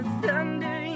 thunder